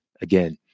again